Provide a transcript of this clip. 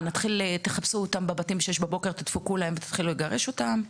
תחפשו אותם בבתים ב-06:00 בבוקר ותתחילו לגרש אותם?